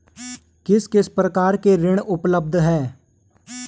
किस किस प्रकार के ऋण उपलब्ध हैं?